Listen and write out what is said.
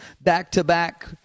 back-to-back